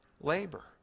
labor